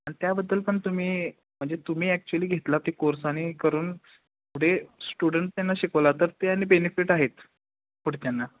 आणि त्याबद्दल पण तुम्ही म्हणजे तुम्ही ॲक्च्युअली घेतला ते कोर्स आणि करून पुढे स्टुडंट त्यांना शिकवला तर ते आणि बेनिफिट आहेत पुढं त्यांना